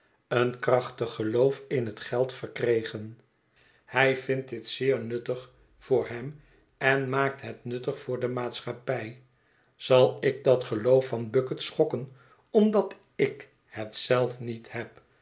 een krachtig geloof in het geld verkregen hij vindt dit zeer nuttig voor hem en maakt het nuttig voor de maatschappij zal ik dat geloof van bucket schokken omdat ik het zelf niet heb